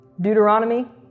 Deuteronomy